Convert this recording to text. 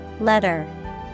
Letter